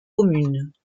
communes